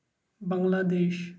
Bangladesh